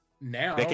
Now